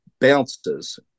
bounces